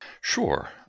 Sure